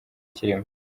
kirimo